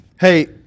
Hey